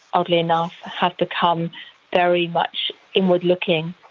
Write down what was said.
oddly enough, have become very much inward looking.